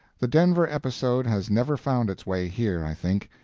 the denver episode has never found its way here, i think.